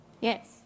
Yes